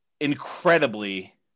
incredibly